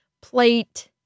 plate